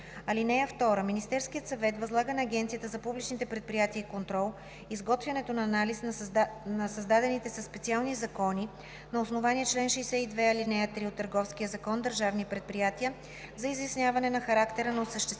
(2) Министерският съвет възлага на Агенцията за публичните предприятия и контрол изготвянето на анализ на създадените със специални закони на основание чл. 62, ал. 3 от Търговския закон държавни предприятия за изясняване на характера на осъществяваната